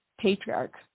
Patriarch